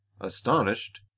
Astonished